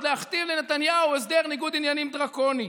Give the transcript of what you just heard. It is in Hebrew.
עוד להכתיב לנתניהו הסדר ניגוד עניינים דרקוני.